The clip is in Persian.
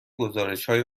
گزارشهای